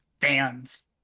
fans